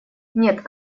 нет